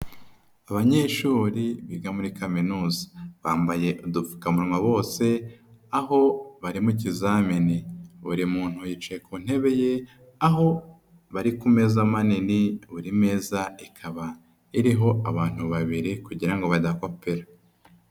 Abanyeshuri biga muri Kaminuza, bambaye udupfukamunwa bose, aho bari mu ikizamini buri muntu yicaye ku ntebe ye, aho bari ku meza manini, buri meza ikaba iriho abantu babiri kugira ngo badakopera.